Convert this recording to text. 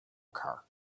car